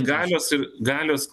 galios ir galios